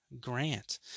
Grant